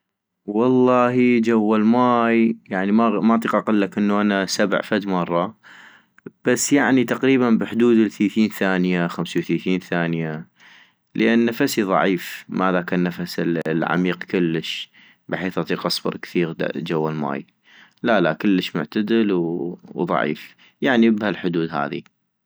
واللهي جوا الماي يعني ما اطيق اقلك انا سبع فد مرة ، بس يعني تقريبا بحدود الثيثين ثانية خمسي وثيثين ثانية ، لان فنسي ضعيف ما هذاك النفس العميق كلش، بحيث اطيق اصبر كثيغ جوا الماي ، لا لا كلش معتدل وضعيف ، يعني بهالحدود هاذي